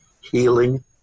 healing